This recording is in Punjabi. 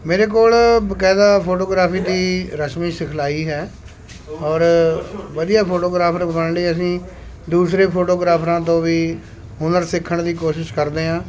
ਮੇਰੇ ਕੋਲ ਬਕਾਇਦਾ ਫੋਟੋਗ੍ਰਾਫੀ ਦੀ ਰਸਮੀ ਸਿਖਲਾਈ ਹੈ ਔਰ ਵਧੀਆ ਫੋਟੋਗ੍ਰਾਫਰ ਬਣਨ ਲਈ ਅਸੀਂ ਦੂਸਰੇ ਫੋਟੋਗ੍ਰਾਫਰਾਂ ਤੋਂ ਵੀ ਹੁਨਰ ਸਿੱਖਣ ਦੀ ਕੋਸ਼ਿਸ਼ ਕਰਦੇ ਹਾਂ